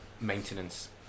maintenance